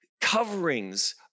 coverings